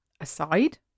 aside